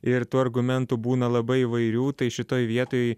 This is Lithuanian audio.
ir tų argumentų būna labai įvairių tai šitoj vietoj